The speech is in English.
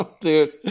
Dude